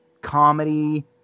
comedy